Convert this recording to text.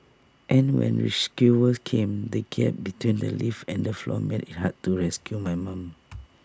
and when rescuers came the gap between the lift and the floor made IT hard to rescue my mum